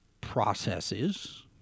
processes